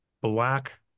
black